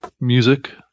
music